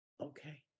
okay